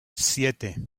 siete